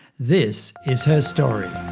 this is her story.